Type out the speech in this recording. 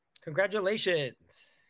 Congratulations